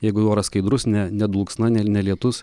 jeigu oras skaidrus ne ne dulksna ne lietus